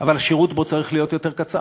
אבל השירות בו צריך להיות יותר קצר.